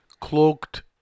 cloaked